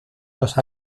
los